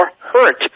hurt